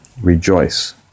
rejoice